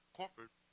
corporate